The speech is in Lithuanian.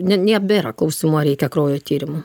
ne ne nebėra klausimų ar reikia kraujo tyrimų